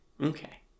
Okay